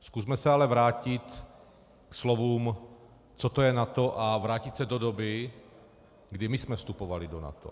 Zkusme se ale vrátit ke slovům, co to je NATO, a vrátit se do doby, kdy jsme vstupovali do NATO.